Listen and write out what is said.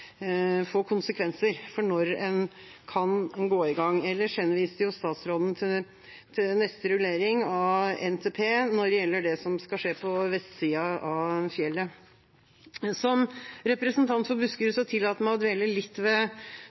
få konsekvenser for når en kan gå i gang. Ellers henviste statsråden til neste rullering av NTP når det gjelder det som skal skje på vestsida av fjellet. Som representant for Buskerud tillater jeg meg å dvele litt ved